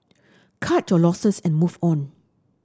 cut your losses and move on